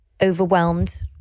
overwhelmed